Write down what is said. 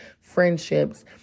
friendships